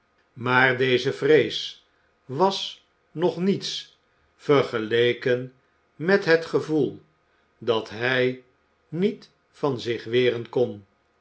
maar deze vrees was nog niets vergeleken met het gevoel dat hij niet van zich weren kon